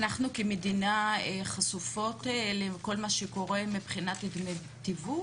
אנחנו כמדינה חשופות לכל מה שקורה מבחינת דמי התיווך?